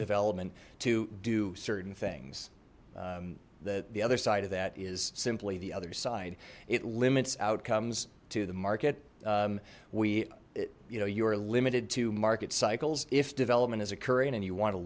development to do certain things the the other side of that is simply the other side it limits outcomes to the market we you know you're limited to market cycles if development is occurring and you wan